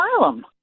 asylum